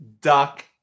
duck